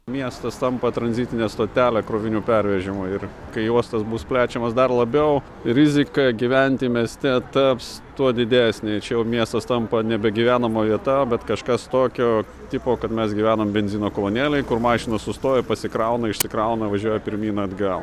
miestas tampa tranzitine stotele krovinių pervežimui ir kai uostas bus plečiamas dar labiau rizika gyventi mieste taps tuo didesnė tačiau miestas tampa nebe gyvenamoji vieta bet kažkas tokio tipo kad mes gyvenam benzino kolonėlėj kur mašinos sustoja pasikrauna išsikrauna važiuoja pirmyn atgal